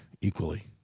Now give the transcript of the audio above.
equally